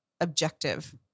objective